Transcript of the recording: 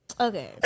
Okay